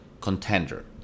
Contender